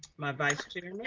my vice chair. and yeah